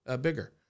bigger